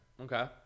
Okay